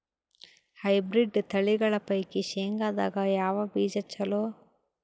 Hybrid ತಳಿಗಳ ಪೈಕಿ ಶೇಂಗದಾಗ ಯಾವ ಬೀಜ ಚಲೋ?